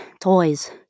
toys